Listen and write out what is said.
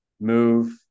move